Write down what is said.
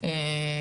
ועצרו את זה,